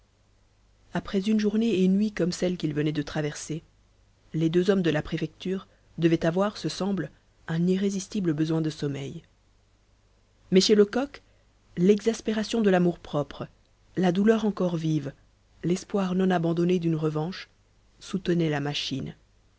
après une journée et une nuit comme celles qu'ils venaient de traverser les deux hommes de la préfecture devaient avoir ce semble un irrésistible besoin de sommeil mais chez lecoq l'exaspération de l'amour-propre la douleur encore vive l'espoir non abandonné d'une revanche soutenaient la machine